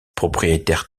propriétaire